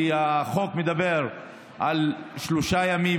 כי החוק מדבר על שלושה ימים,